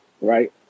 right